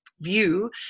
view